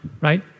right